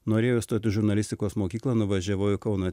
norėjau stot į žurnalistikos mokyklą nuvažiavau į kauno